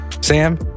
sam